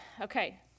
Okay